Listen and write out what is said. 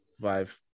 five